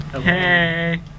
Hey